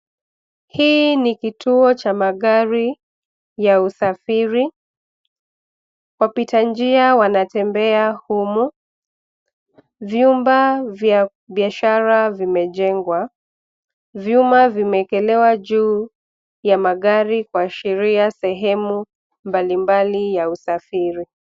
Hii ni kituo cha magari ya usafiri. Wapita njia wanatembea humu. Vyumba vya biashara vimejengwa. Vyuma vimewekelewa juu ya magari kuashiria sehemu mbalimbali ya usafiri.